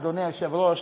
אדוני היושב-ראש,